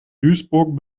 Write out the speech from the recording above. duisburg